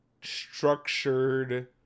structured